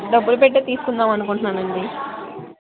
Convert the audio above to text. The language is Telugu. డబ్బులు పెట్టే తీసుకుందాం అనుకుంటున్నాను అండి